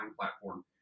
platform